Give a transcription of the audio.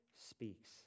speaks